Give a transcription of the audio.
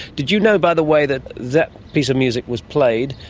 did you know, by the way, that that piece of music was played,